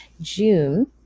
June